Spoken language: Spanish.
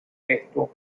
texto